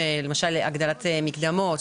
למשל: הגדלת מקדמות,